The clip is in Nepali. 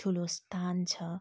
ठुलो स्थान छ